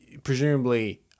Presumably